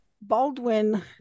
Baldwin